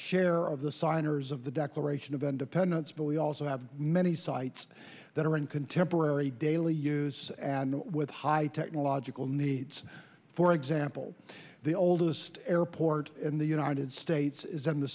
share of the signers of the declaration of independence but we also have many sites that are in contemporary daily use and with high technological needs for example the oldest airport in the united states is in the